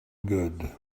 good